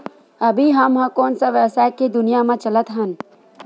अभी हम ह कोन सा व्यवसाय के दुनिया म चलत हन?